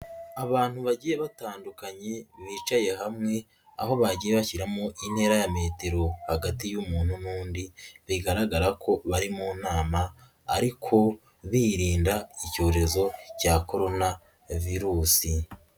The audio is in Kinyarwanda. Abantu bagiye batandukanye bicaye hamwe, aho bagiye bashyiramo intera ya metero hagati y'umuntu n'undi, bigaragara ko bari mu nama ariko birinda icyorezo cya korona ya virusi.